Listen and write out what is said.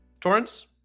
Torrance